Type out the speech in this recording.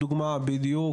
בדיוק,